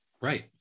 Right